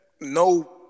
no